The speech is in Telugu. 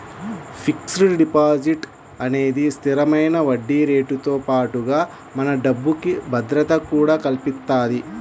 ఫిక్స్డ్ డిపాజిట్ అనేది స్థిరమైన వడ్డీరేటుతో పాటుగా మన డబ్బుకి భద్రతను కూడా కల్పిత్తది